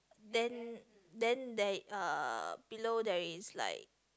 then then they uh below there is like